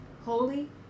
holy